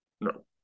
No